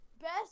Best